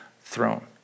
throne